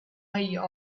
idea